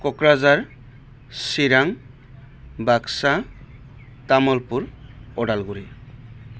Kokrajhar Chirang Baksa Tamulpur Udalguri